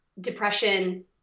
depression